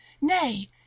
Nay